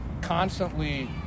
constantly